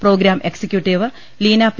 programme executive Leena P